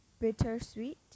bittersweet